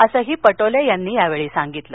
असंही पटोले यांनी यावेळी सांगितलं